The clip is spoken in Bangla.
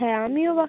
হ্যাঁ আমিও বা